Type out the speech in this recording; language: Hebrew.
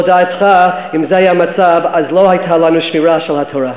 או לדעתך אם זה היה המצב לא הייתה לנו שמירה של התורה?